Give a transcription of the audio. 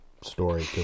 story